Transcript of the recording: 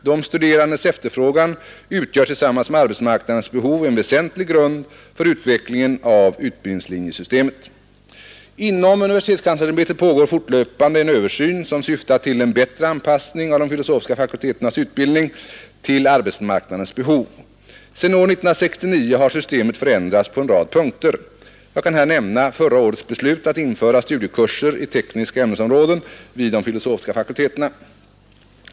De studerandes efterfrågan utgör tillsammans med arbetsmarknadens behov en väsentlig grund för utvecklingen av utbildningslinjesystemet. Inom universitetskanslersämbetet pågår fortlöpande en översyn, som syftar till en bättre anpassning av de filosofiska fakulteternas utbildning till arbetsmarknadens behov. Sedan år 1969 har systemet förändrats på en rad punkter. Jag kan här nämna förra årets beslut att införa studiekurser i tekniska ämnesområden vid de filosofiska fakulteterna.